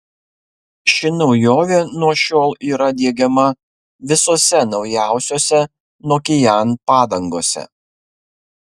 ši naujovė nuo šiol yra diegiama visose naujausiose nokian padangose